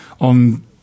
on